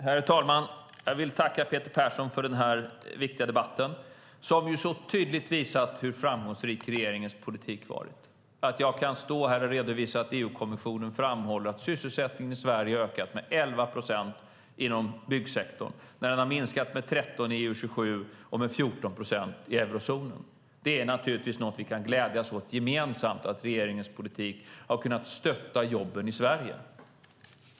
Herr talman! Jag vill tacka Peter Persson för den här viktiga debatten som så tydligt visat hur framgångsrik regeringens politik varit. Det gör att jag kan stå här och redovisa att EU-kommissionen framhåller att sysselsättningen i Sverige ökat med 11 procent inom byggsektorn när den minskat med 13 procent i EU-27 och med 14 procent i eurozonen. Det är naturligtvis något som vi gemensamt kan glädjas åt, att regeringens politik kunnat stötta jobben i Sverige.